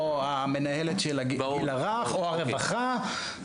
מנהלת הגיל הרך או הרווחה.